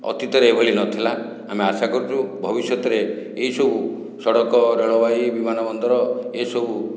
ଅତୀତରେ ଏଭଳି ନଥିଲା ଆମେ ଆଶା କରୁଛୁ ଭବିଷ୍ୟତରେ ଏହିସବୁ ସଡ଼କ ରେଳବାହୀ ବିମାନବନ୍ଦର ଏସବୁ